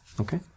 Okay